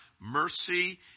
mercy